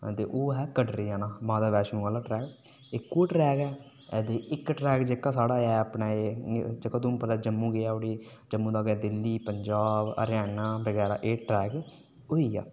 ओह् ऐ कटरे आहले माता बैशनो आहला ट्रेक इक ओह् ट्रैक एह् इक ट्रैक साढ़ा ओह् ऐ जेह्का के उधमपुरा जम्मू गेआ उठी जम्मू दा अग्गै दिल्ली पजांब हरियाना बगैरा एह् ट्रैक होई गेआ